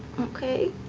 okay